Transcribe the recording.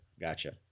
Gotcha